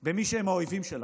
באמת במי שהם האויבים שלנו.